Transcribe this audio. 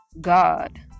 God